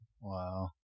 Wow